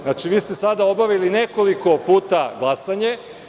Znači, vi ste sada obavili nekoliko puta glasanje.